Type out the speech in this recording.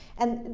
and,